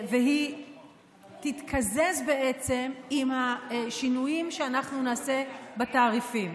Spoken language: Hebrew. והיא תתקזז עם השינויים שאנחנו נעשה בתעריפים.